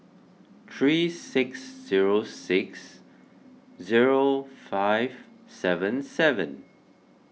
three six zero six zero five seven seven